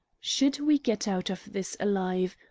should we get out of this alive,